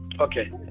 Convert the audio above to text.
Okay